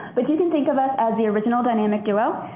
like you can think of us as the original dynamic duo.